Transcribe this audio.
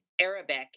Arabic